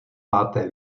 máte